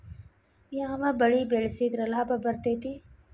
ಯಾವ ಬೆಳಿ ಬೆಳ್ಸಿದ್ರ ಲಾಭ ಬರತೇತಿ?